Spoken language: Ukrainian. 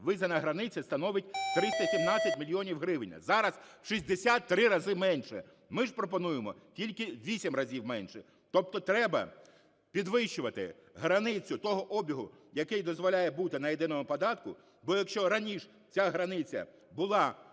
визнана границя становить 317 мільйонів гривень, а зараз в 63 рази менше. Ми ж пропонуємо тільки у 8 разів менше. Тобто треба підвищувати границю того обігу, який дозволяє бути на єдиному податку, бо якщо раніш ця границя була